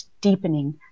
deepening